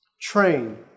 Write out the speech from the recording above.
Train